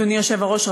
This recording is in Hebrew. אדוני היושב-ראש,